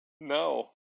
no